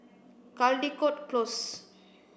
Caldecott Close